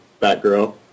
Batgirl